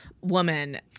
woman